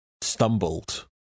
stumbled